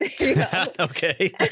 okay